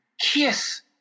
Kiss